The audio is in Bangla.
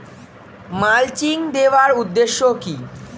মালচিং দেওয়ার উদ্দেশ্য কি?